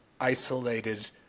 isolated